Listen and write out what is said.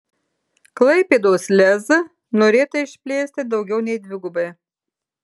klaipėdos lez norėta išplėsti daugiau nei dvigubai